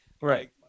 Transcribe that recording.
right